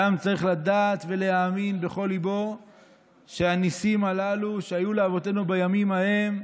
אדם צריך לדעת ולהאמין בכל ליבו שהניסים הללו שהיו לאבותינו בימים ההם,